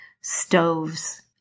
stoves